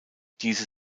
diese